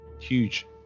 huge